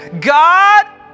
God